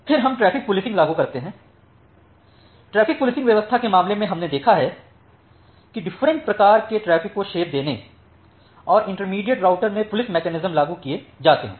फिर हम traffic policing लागू करते हैं ट्रैफिक पुलिसिंग व्यवस्था के मामले में हमने देखा है कि डिफरेंट प्रकार के ट्रैफिक को शेप देने और इंटरमीडिएट राउटर में पुलिस मैकेनिज्म लागू किए जाते हैं